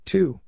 Two